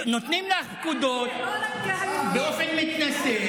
נותנים לך פקודות באופן מתנשא,